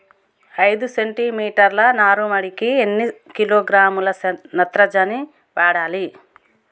ఐదు సెంటిమీటర్ల నారుమడికి ఎన్ని కిలోగ్రాముల నత్రజని వాడాలి?